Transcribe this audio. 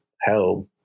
help